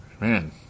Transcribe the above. man